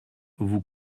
vous